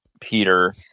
Peter